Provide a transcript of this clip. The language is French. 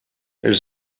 elles